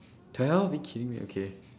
the hell are you kidding me okay